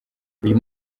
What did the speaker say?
uyu